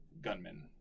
gunmen